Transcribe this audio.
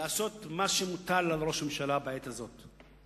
לעשות מה שמוטל על ראש הממשלה בעת הזאת: